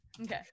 Okay